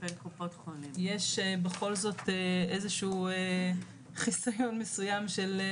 יש בכל זאת איזשהו חיסיון מסוים.